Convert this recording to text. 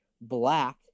black